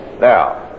Now